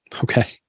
Okay